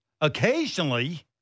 Occasionally